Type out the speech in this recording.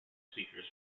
speakers